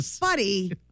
buddy